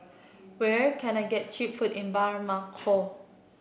where can I get cheap food in Bamako